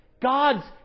God's